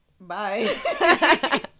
bye